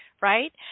right